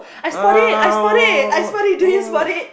ah what what what what what what